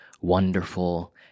wonderful